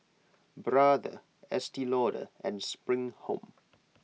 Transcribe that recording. Brother Estee Lauder and Spring Home